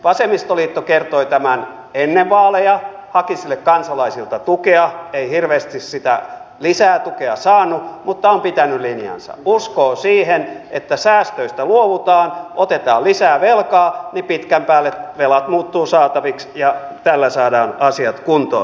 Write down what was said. vasemmistoliitto kertoi tämän ennen vaaleja haki sille kansalaisilta tukea ei hirveästi sitä lisätukea saanut mutta on pitänyt linjansa uskoo siihen että kun säästöistä luovutaan otetaan lisää velkaa niin pitkän päälle velat muuttuvat saataviksi ja tällä saadaan asiat kuntoon